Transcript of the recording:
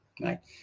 right